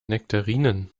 nektarinen